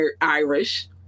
Irish